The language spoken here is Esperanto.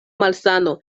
malsano